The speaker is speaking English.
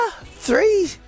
three